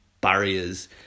barriers